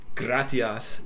gratias